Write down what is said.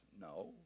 No